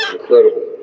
Incredible